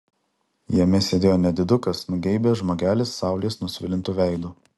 jame sėdėjo nedidukas nugeibęs žmogelis saulės nusvilintu veidu